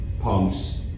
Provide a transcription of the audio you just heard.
pumps